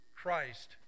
Christ